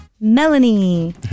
Melanie